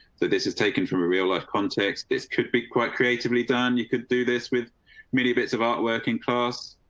but this is taken from a real life context. this could be quite creatively done. you could do this with many bits of art working class.